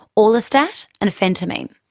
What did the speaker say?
orlistat and phentermine.